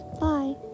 Bye